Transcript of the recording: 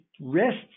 rests